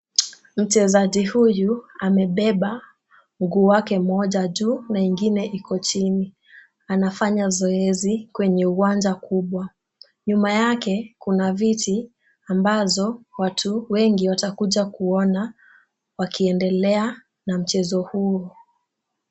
Mchezaji huyu amebeba mguu wake mmoja juu na ingine iko chini. Anafanya zoezi kwenye uwanja kubwa. Nyuma yake kuna viti vingi ambazo watu wengi watakuja kuona wakiendelea na mchezo huo.